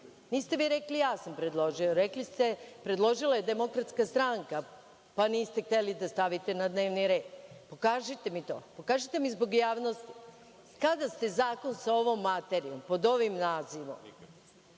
Niste vi rekli – ja sam predložio. Rekli ste – predložila je DS, pa niste hteli da stavite na dnevni red. Pokažite mi to. Pokažite mi zbog javnosti. Kada ste zakon sa ovom materijom, pod ovim nazivom